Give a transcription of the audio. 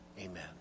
amen